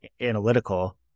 analytical